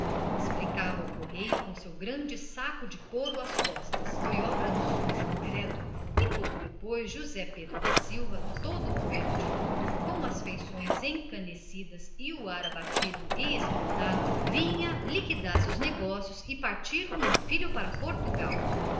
explicava o correio com o seu saco de couro às costas foi obra do sujo credo e pouco depois josé pedro da silva todo coberto de luto muito encanecido e desfeito vinha liquidar os seus negócios e partir logo para portugal